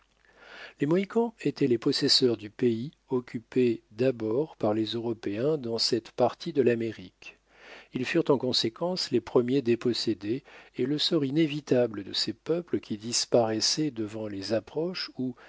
les mohicans étaient les possesseurs du pays occupé d'abord par les européens dans cette partie de l'amérique ils furent en conséquence les premiers dépossédés et le sort inévitable de ces peuples qui disparaissaient devant les approches ou